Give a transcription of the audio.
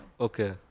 Okay